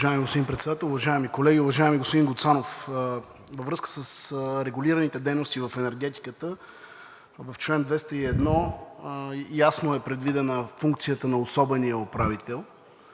Уважаеми господин Председател, уважаеми колеги! Уважаеми господин Гуцанов, във връзка с регулираните дейности в енергетиката в чл. 201 ясно е предвидена функцията на особения управител.